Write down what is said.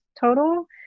total